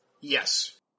Yes